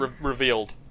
revealed